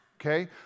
Okay